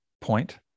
point